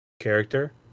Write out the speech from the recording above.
character